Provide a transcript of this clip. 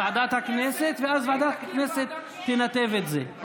לוועדת הכנסת, ואז ועדת הכנסת תנתב את זה.